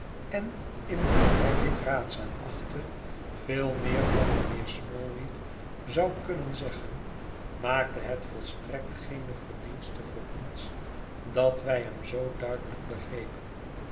en indien hij dit raadzaam achtte veel meer van mijnheer smallweed zou kunnen zeggen maakte het volstrekt geene verdienste voor ons dat wij hem zoo duidelijk begrepen